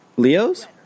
Leo's